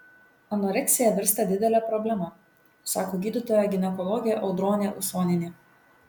anoreksija virsta didele problema sako gydytoja ginekologė audronė usonienė